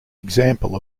example